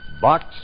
Box